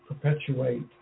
perpetuate